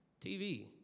TV